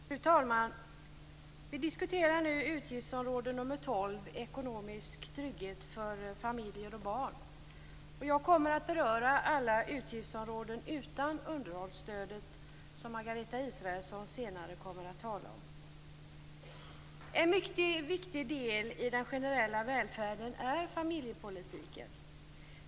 Fru talman! Vi diskuterar nu utgiftsområde nr 12 Ekonomisk trygghet för familjer och barn. Jag kommer att beröra alla utgiftsområden utom underhållsstödet, som Margareta Israelsson senare kommer att tala om. En mycket viktig del i den generella välfärden är familjepolitiken.